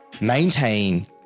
maintain